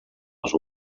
els